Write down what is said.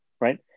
right